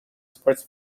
sports